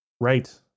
right